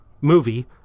movie